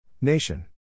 Nation